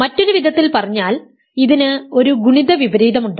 മറ്റൊരു വിധത്തിൽ പറഞ്ഞാൽ ഇതിന് ഒരു ഗുണിത വിപരീതമുണ്ട്